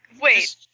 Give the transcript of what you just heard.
wait